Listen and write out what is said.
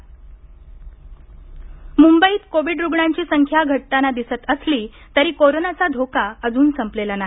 clean up marshal मुंबईत COVID रुग्णांची संख्या घटताना दिसत असली तरी कोरोनाचा धोका अजून संपलेला नाही